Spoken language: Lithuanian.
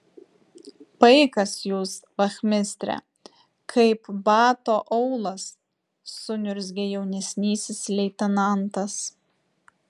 paikas jūs vachmistre kaip bato aulas suniurzgė jaunesnysis leitenantas